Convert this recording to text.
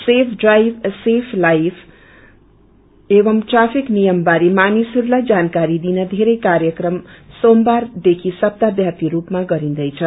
safe drive save life एवमं traffic नियम बारे मानिसहस्लाई जानकारी दिन धेरै कार्यत्म सोमबारदेखि सप्ताव्योपी रूपमा गरिन्दैछ